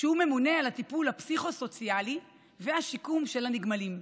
שממונה על הטיפול הפסיכו-סוציאלי והשיקום של הנגמלים.